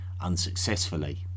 unsuccessfully